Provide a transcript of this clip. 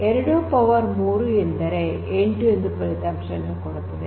2 power 3 ಎಂದು ಕೊಟ್ಟರೆ 8 ಎಂದು ಫಲಿತಾಂಶವನ್ನು ಕೊಡುತ್ತದೆ